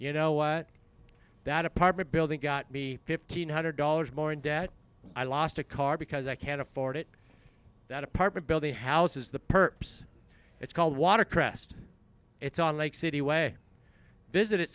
you know what that apartment building got me fifteen hundred dollars more in debt i lost a car because i can't afford it that apartment building houses the perps it's called water crest it's on lake city way visit